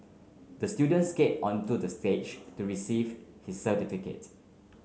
the student skated onto the stage to receive his certificate